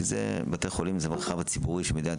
כי בתי חולים זה המרחב הציבורי של מדינת